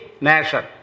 nation